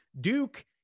Duke